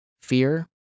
Fear